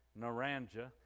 Naranja